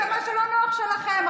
ומה שלא נוח, שלכם.